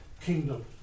kingdom